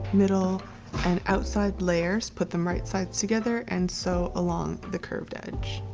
middle and outside layers put them right sides together and sew along the curved edge.